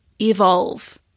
evolve